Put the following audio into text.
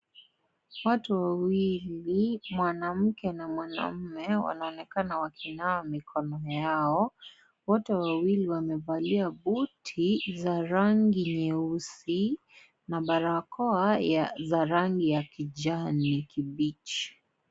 Watu wawili mwanamke na wanaume wanaonekana wakinawa mikono yao, wote wawili wamevalia buti za rangi nyeusi na barakoa za rangi za kijanikibichi.